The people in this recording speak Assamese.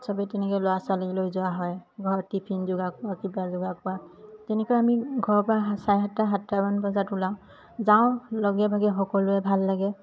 চবেই তেনেকে ল'ৰা ছোৱালী লৈ যোৱা হয় ঘৰত টিফিন যোগাৰ কৰা কিবা যোগাৰ কৰা তেনেকৈ আমি ঘৰৰ পৰা চাৰে সাতটা সাতটামান বজাত ওলাওঁ যাওঁ লগে ভাগে সকলোৱে ভাল লাগে